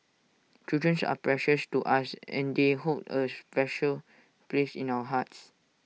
children's are precious to us and they hold A special place in our hearts